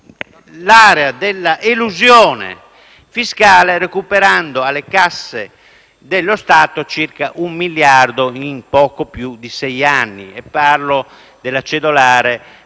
l'area dell'elusione fiscale, recuperando alle casse dello Stato circa un miliardo in poco più di sei anni. Parlo della cedolare